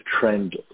trend